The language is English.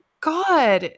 God